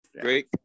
Great